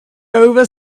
over